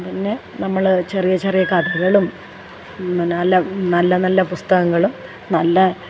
പിന്നെ നമ്മൾ ചെറിയ ചെറിയ കഥകളും നല്ല നല്ല നല്ല പുസ്തകങ്ങളും നല്ല